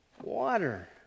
Water